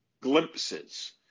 glimpses